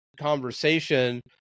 conversation